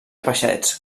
peixets